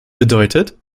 bedeutet